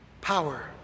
power